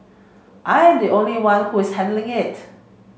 I am the only one who is handling it